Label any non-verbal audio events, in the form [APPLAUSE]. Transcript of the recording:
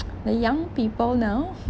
[NOISE] the young people now